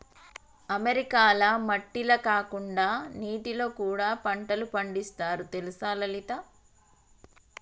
అమెరికాల మట్టిల కాకుండా నీటిలో కూడా పంటలు పండిస్తారు తెలుసా లలిత